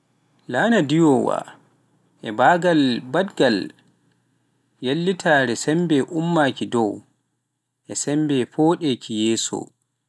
Laana ndiwoowa diwa e baagal baɗngal ƴellitaare sembe ummaaki dow, e sembe foodeki yeeso